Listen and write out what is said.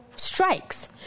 strikes